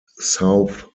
south